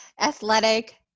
athletic